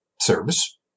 service